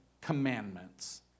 commandments